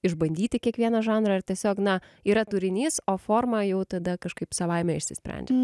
išbandyti kiekvieną žanrą ar tiesiog na yra turinys o forma jau tada kažkaip savaime išsisprendžia